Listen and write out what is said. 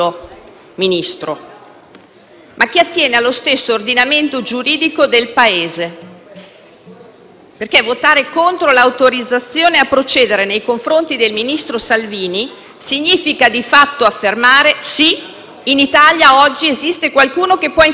votare contro l'autorizzazione a procedere nei confronti del ministro Salvini significa di fatto affermare: sì, in Italia oggi esiste qualcuno che può infischiarsene della legge e questo qualcuno siede tra le fila del Governo.